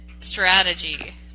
strategy